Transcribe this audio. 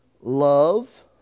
Love